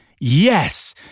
Yes